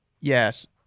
Yes